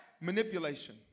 Manipulation